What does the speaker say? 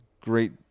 great